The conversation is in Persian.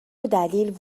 دلیل